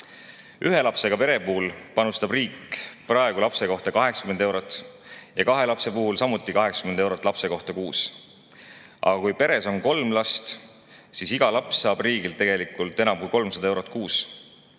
Ühe lapsega pere puhul panustab riik praegu lapse kohta 80 eurot, kahe lapsega [pere] puhul samuti 80 eurot lapse kohta kuus. Aga kui peres on kolm last, siis iga laps saab riigilt tegelikult enam kui 300 eurot kuus.